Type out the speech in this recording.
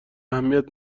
اهمیت